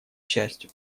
счастью